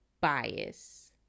bias